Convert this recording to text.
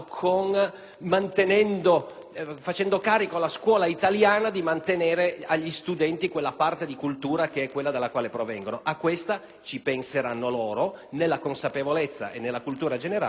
facendo carico alla scuola italiana di mantenere agli studenti anche la cultura dalla quale provengono. A questo ci penseranno loro, nella consapevolezza e nella cultura generale che dovrà loro dare la scuola.